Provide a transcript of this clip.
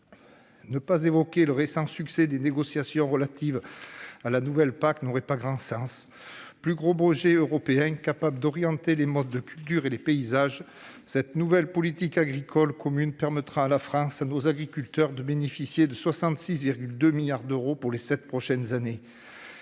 Ne pas évoquer le récent succès des négociations relatives à la nouvelle PAC n'aurait pas grand sens. Premier budget européen, capable d'orienter les modes de culture et les paysages, cette nouvelle politique agricole commune permettra à la France et à nos agriculteurs de bénéficier de 66,2 milliards d'euros pour les sept prochaines années.